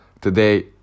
Today